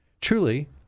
Truly